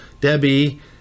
Debbie